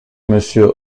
monsieur